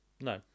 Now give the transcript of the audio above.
no